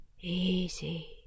Easy